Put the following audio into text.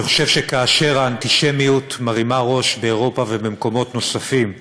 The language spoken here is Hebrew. אני חושב שכאשר האנטישמיות מרימה ראש באירופה ובמקומות נוספים,